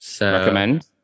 Recommend